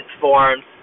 forms